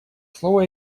слово